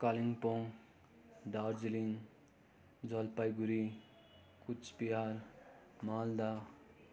Kalimpong Darjeeling Jalpaiguri Cooch Behar Malda